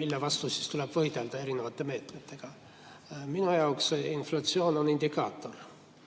mille vastu tuleb võidelda erinevate meetmetega. Minu jaoks inflatsioon on indikaator.